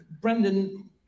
Brendan